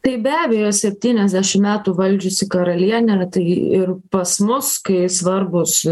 tai be abejo septyniasdešim metų valdžiusi karalienė tai ir pas mus kai svarbūs